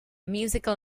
musical